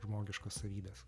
žmogiškos savybės